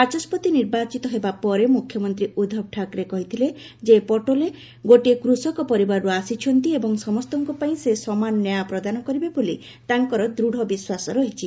ବାଚସ୍କତି ନିର୍ବାଚିତ ହେବା ପରେ ମ୍ରଖ୍ୟମନ୍ତ୍ରୀ ଉଦ୍ଧବ ଠାକ୍ରେ କହିଥିଲେ ଯେ ପଟୋଲେ ଗୋଟିଏ କୃଷକ ପରିବାରରୁ ଆସିଛନ୍ତି ଏବଂ ସମସ୍ତଙ୍କ ପାଇଁ ସେ ସମାନ ନ୍ୟାୟ ପ୍ରଦାନ କରିବେ ବୋଲି ତାଙ୍କର ଦୃତ ବିଶ୍ୱାସ ରହିଛି